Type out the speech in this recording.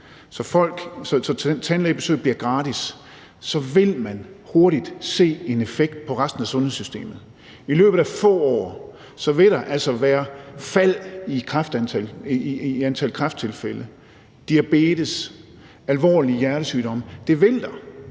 så tandlægebesøget bliver gratis, så vil man hurtigt se en effekt i resten af sundhedssystemet. I løbet af få år vil der altså være fald i antallet af kræfttilfælde, diabetestilfælde, tilfælde af alvorlig hjertesygdom. Og det vil der,